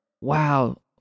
Wow